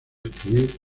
escribir